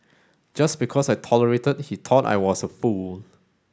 just because I tolerated he thought I was a fool